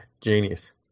genius